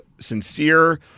sincere